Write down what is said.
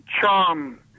charm